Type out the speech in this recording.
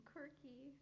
quirky